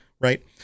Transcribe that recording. right